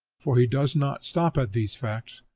for he does not stop at these facts,